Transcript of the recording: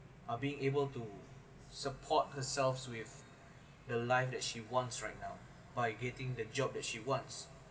are being able to support herself with the life that she once right now by getting the job that she wants